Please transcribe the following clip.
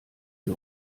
die